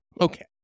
Okay